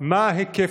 וזה כמובן מגורמי